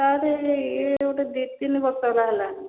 sir ଇଏ ଗୋଟେ ଦୁଇ ତିନି ବର୍ଷ ହେଲା ହେଲାଣି